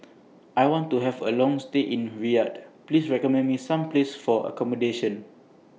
I want to Have A Long stay in Riyadh Please recommend Me Some Places For accommodation